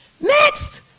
Next